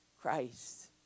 Christ